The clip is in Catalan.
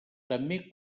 també